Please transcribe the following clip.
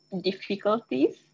difficulties